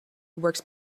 works